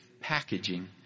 packaging